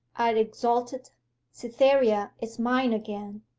i exulted cytherea is mine again!